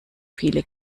viele